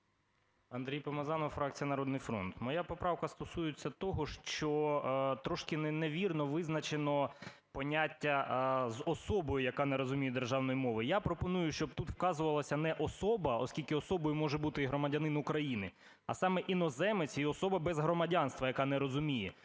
Андрій Помазанов, фракція "Народний фронт". Моя поправка стосується того, що трошки невірно визначено поняття з "особою, яка не розуміє державної мови". Я пропоную, щоб тут вказувалася не особа, оскільки особою може бути і громадянин України, а саме іноземець і особа без громадянства, яка не розуміє.